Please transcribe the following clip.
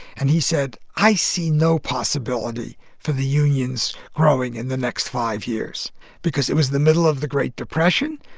and he said, i see no possibility for the unions growing in the next five years because it was the middle of the great depression.